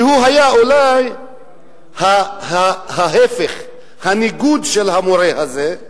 שהיה אולי ההיפך, הניגוד, של המורה הזה,